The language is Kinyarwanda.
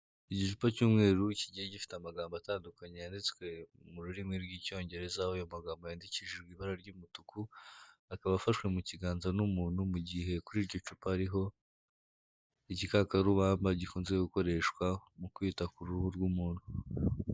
Igicupa cy'umweru kigiye gifite amagambo atandukanye yanditswe mu rurimi rw'icyongereza, aho ayo magambo yandikishijwe ibara ry'umutuku, akaba afashwe mu kiganza n'umuntu, mu gihe kuri iryo cupa ari igikakarubamba gikunze gukoreshwa mu kwita ku ruhu rw'umuntu.